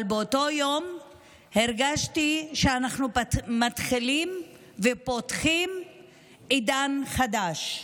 אבל באותו היום הרגשתי שאנחנו מתחילים ופותחים עידן חדש,